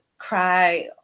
cry